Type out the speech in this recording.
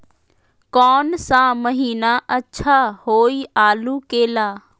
कौन सा महीना अच्छा होइ आलू के ला?